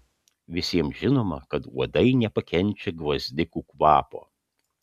visiems žinoma kad uodai nepakenčia gvazdikų kvapo